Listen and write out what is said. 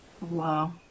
wow